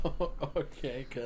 Okay